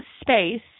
space